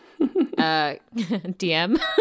DM